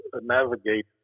navigate